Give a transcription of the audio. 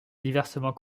diversement